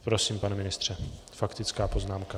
Prosím, pane ministře, faktická poznámka.